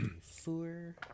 Four